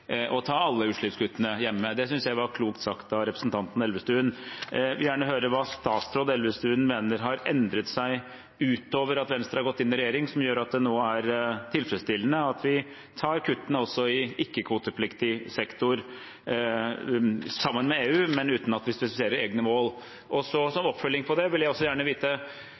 ta alle utslippskuttene hjemme. Det synes jeg var klokt sagt av representanten Elvestuen. Jeg vil gjerne høre hva statsråd Elvestuen mener har endret seg, utover at Venstre har gått inn i regjering, som gjør at det nå er tilfredsstillende å ta kuttene også i ikke-kvotepliktig sektor sammen med EU, men uten at vi spesifiserer egne mål. Som oppfølging til det vil jeg gjerne vite: